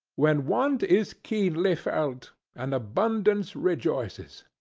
when want is keenly felt, and abundance rejoices.